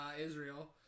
Israel